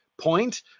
point